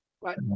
Right